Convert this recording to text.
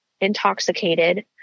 intoxicated